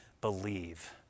believe